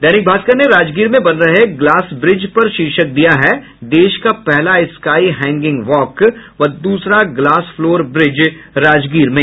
दैनिक भास्कर ने राजगीर में बन रहे ग्लास ब्रिज पर शीर्षक दिया है देश का पहल स्काई हैंगिग वॉक व दूसरा ग्लास फ्लोर ब्रिज राजगीर में